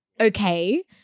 okay